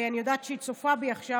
ואני יודעת שהיא צופה בי עכשיו,